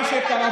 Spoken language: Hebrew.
מה,